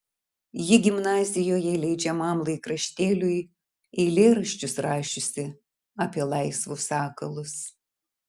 ji gimnazijoje leidžiamam laikraštėliui eilėraščius rašiusi apie laisvus sakalus